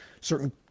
certain